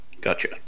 Gotcha